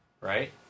Right